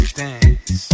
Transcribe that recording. dance